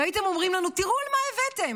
הייתם אומרים לנו: תראו מה הבאתם,